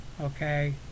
Okay